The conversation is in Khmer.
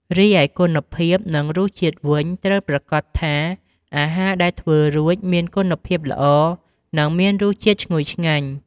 រីឯគុណភាព និងរសជាតិវិញត្រូវប្រាកដថាអាហារដែលធ្វើរួចមានគុណភាពល្អ និងមានរសជាតិឈ្ងុយឆ្ងាញ់។